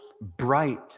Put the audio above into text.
bright